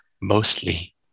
Mostly